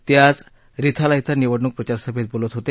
ते आज रिथाला इथं निवडणूक प्रचारसभेत बोलत होते